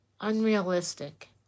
unrealistic